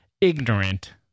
ignorant